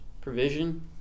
Provision